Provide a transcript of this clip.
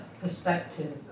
perspective